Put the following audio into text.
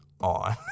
on